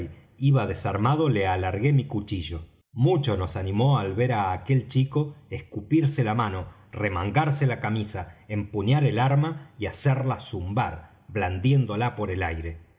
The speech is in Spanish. iba desarmado le alargué mi cuchillo mucho nos animó el ver á aquel chico escupirse la mano remangarse la camisa empuñar el arma y hacerla zumbar blandiéndola por el aire